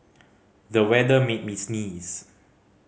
the weather made me sneeze